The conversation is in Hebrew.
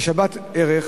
ושבת היא ערך,